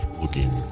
looking